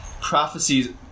prophecies